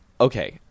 okay